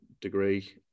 degree